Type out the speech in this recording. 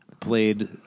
played